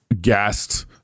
gassed